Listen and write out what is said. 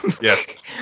Yes